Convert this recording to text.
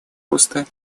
роста